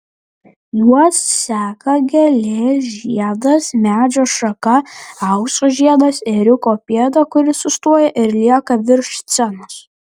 juos seka gėlės žiedas medžio šaka aukso žiedas ėriuko pėda kuri sustoja ir lieka virš scenos